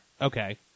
Okay